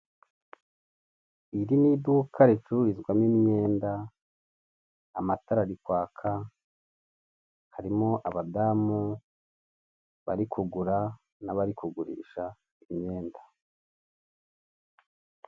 Iri ni iduka ricururizwamo imyenda. Amatara arikwaka harimo abadamu bari kugura nabari kugurisha imyenda.